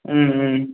ம் ம்